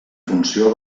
funció